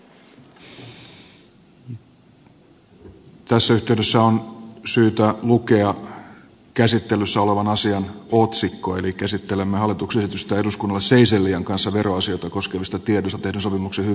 tässä yhteydessä on syytä lukea käsittelyssä olevan asian otsikko eli käsittelemme hallituksen esitystä eduskunnalle seychellien kanssa veroasioista koskevista tiedoista tehdyn sopimuksen hyväksymisestä